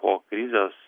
po krizės